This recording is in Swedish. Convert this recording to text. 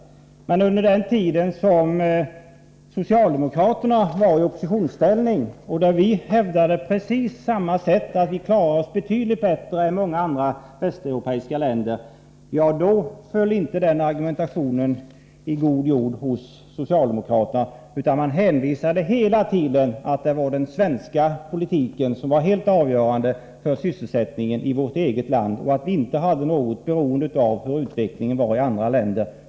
Men under den tid då socialdemokraterna var i oppositionsställning och vi hävdade precis detsamma, att vårt land klarar sig betydligt bättre än många andra västeuropeiska länder, godkändes inte detta argument av socialdemokraterna. De hänvisade hela tiden till att man enbart skulle se till utvecklingen i vårt eget land och att man inte skulle jämföra med förhållandena i andra länder.